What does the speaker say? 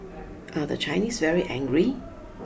are the Chinese very angry